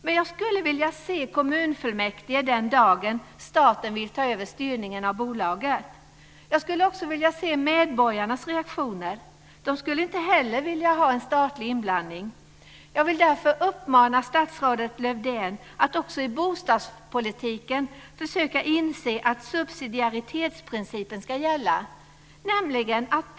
Men jag skulle vilja se kommunfullmäktige den dag staten vill ta över styrningen av bolaget. Jag skulle också vilja se medborgarnas reaktioner. De skulle inte heller vilja ha en statlig inblandning. Jag vill därför uppmana statsrådet Lövdén att försöka inse att subsidiaritetsprincipen ska gälla också i bostadspolitiken.